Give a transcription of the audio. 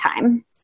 time